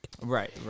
Right